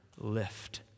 Lift